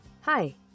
Hi